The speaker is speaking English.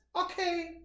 Okay